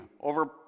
over